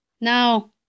Now